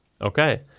Okay